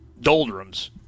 doldrums